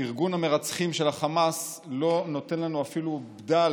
ארגון המרצחים של החמאס לא נותן לנו אפילו בדל